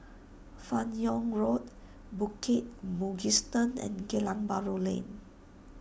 Fan Yoong Road Bukit Mugliston and Geylang Bahru Lane